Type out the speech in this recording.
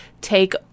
take